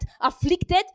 afflicted